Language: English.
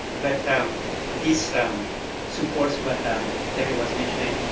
but this supports what terri was mentioning